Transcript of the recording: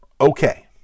Okay